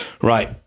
right